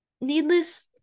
needless